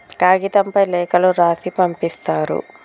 కాగితంపై లేఖలు రాసి పంపిస్తారు